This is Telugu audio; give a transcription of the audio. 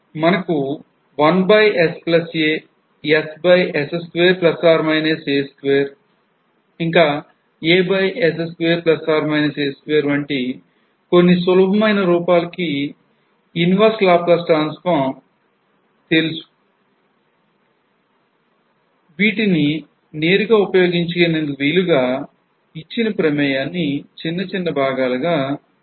మనకు 1sa ss2a2 ఇంకా as2a2 వంటి కొన్ని సులభమైన రూపాలకు inverse laplace transform తెలుసన్న విషయం గుర్తుంచుకోండి